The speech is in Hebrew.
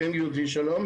שלום,